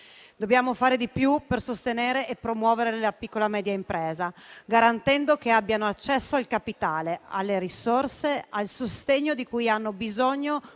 Dobbiamo fare di più per sostenere e promuovere la piccola e la media impresa, garantendo che abbiano accesso al capitale, alle risorse e al sostegno di cui hanno bisogno